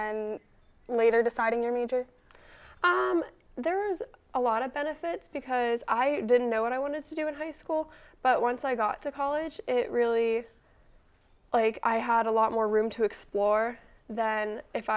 then later deciding your major there is a lot of benefit because i didn't know what i wanted to do in high school but once i got to college it really like i had a lot more room to explore than if